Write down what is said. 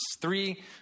three